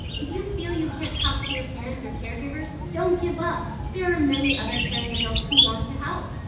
if you feel you can't talk to your parents or caregivers, don't give up. there are many other caring adults who want to help.